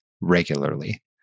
regularly